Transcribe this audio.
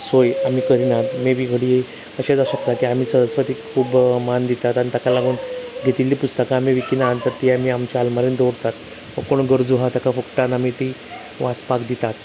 सोय आमी करिनात मेबी घडिये अशें जांव शकता की आमी सरस्वतीक खूब्ब मान दितात आनी ताका लागून घेतिल्ली पुस्तकां आमी विकिनात तर तीं आमी आल्मारीन दवरतात वा कोण गरजू आसा वाचपाक दितात